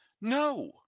No